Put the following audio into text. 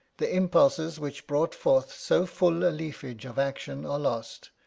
the impulses which brought forth so full a leafage of action are lost,